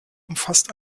umfasst